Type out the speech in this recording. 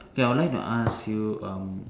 okay I would like to ask you um